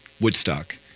Woodstock